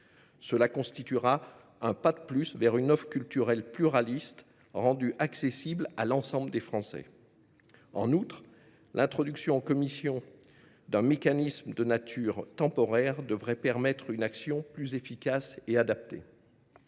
Cela constituera un pas de plus vers une offre culturelle pluraliste rendue accessible à l’ensemble des Français. En outre, l’introduction en commission d’un mécanisme de nature temporaire devrait permettre une action plus efficace et adaptée.